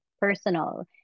personal